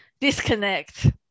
disconnect